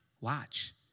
Watch